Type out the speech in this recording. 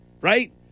right